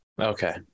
Okay